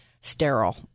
sterile